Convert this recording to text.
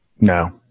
No